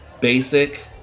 basic